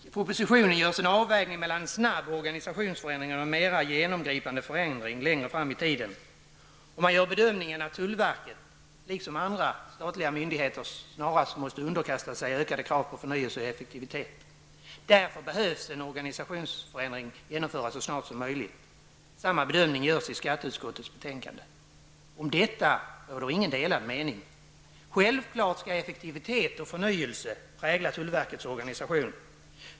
I propositionen görs en avvägning mellan en snabb organisationsförändring och en mera genomgripande förändring längre fram i tiden, och man gör bedömningen att tullverket, liksom andra statliga myndigheter, snarast måste underkasta sig ökade krav på förnyelse och effektivitet. Därför behövs en organisationsförändring genomföras så snart som möjligt. Samma bedömning görs i skatteutskottets betänkande. Om detta råder inga delade meningar. Självfallet skall effektivitet och förnyelse prägla tullverkets organisation.